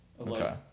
Okay